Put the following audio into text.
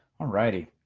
alrighty,